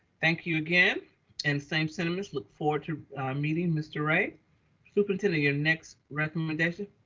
thank you again and same cinemas. look forward to meeting mr. ray superintendent your next recommendation.